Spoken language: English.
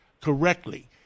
correctly